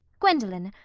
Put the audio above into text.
gwendolen,